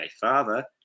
father